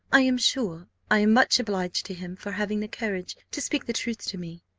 i am sure i am much obliged to him for having the courage to speak the truth to me.